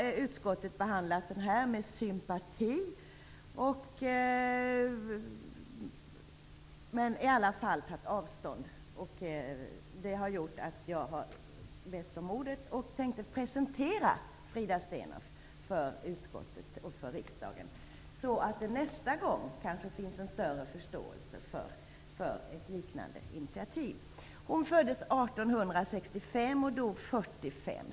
Utskottet har behandlat frågan med sympati men ändock tagit avstånd. Därför har jag begärt ordet för att presentera Frida Steenhoff för utskottet och för riksdagen, så att det nästa gång kanske finns större förståelse för ett liknande initiativ. Frida Steenhoff föddes 1865 och dog 1945.